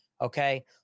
Okay